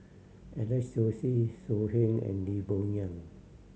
Alex Josey So Heng and Lim Bo Yam